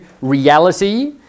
reality